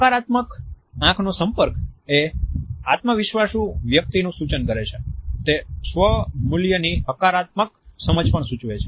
સકારાત્મક આંખનો સંપર્ક એ આત્મવિશ્વાસુ વ્યક્તિનું સૂચન કરે છે તે સ્વમૂલ્યની હકારાત્મક સમજ પણ સૂચવે છે